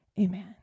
Amen